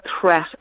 threat